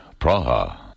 Praha